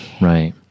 right